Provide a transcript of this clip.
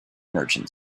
merchant